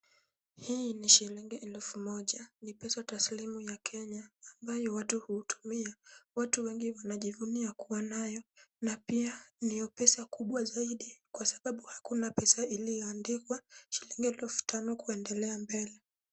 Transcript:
Hii ni shilingi elfu moja. Ni pesa taslimu ya kenya ambayo watu huitumia. Watu wengi wanajivunia kuwa nayo na pia ndio pesa kubwa zaidi kwa sababu hakuna pesa iliyoandikwa shilingi elfu tano kwenda mbele.